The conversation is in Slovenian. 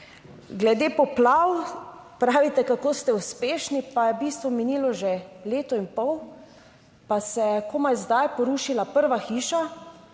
Glede poplav, pravite, kako ste uspešni, pa je v bistvu minilo že leto in pol, pa se je komaj zdaj porušila prva hiša.